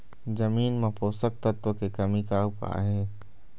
जमीन म पोषकतत्व के कमी का उपाय हे?